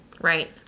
Right